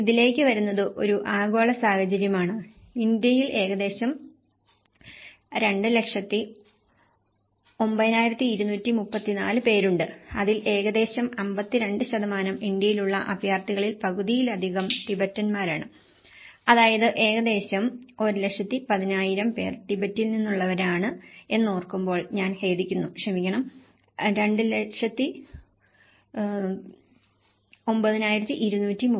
ഇതിലേക്ക് വരുന്നത് ഒരു ആഗോള സാഹചര്യമാണ് ഇന്ത്യയിൽ ഏകദേശം 209234 പേരുണ്ട് അതിൽ ഏകദേശം 52 ഇന്ത്യയിലുള്ള അഭയാർത്ഥികളിൽ പകുതിയിലധികം ടിബറ്റന്മാരാണ് അതായത് ഏകദേശം 110000 പേർ ടിബറ്റിൽ നിന്നുള്ളവരാണ് എന്നോർക്കുമ്പോൾ ഞാൻ ഖേദിക്കുന്നു ക്ഷമിക്കണം 209234